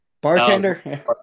Bartender